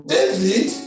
David